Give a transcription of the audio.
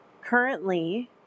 currently